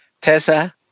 Tessa